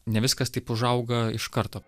ne viskas taip užauga iš karto